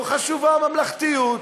לא חשובה הממלכתיות,